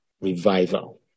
revival